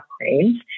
cranes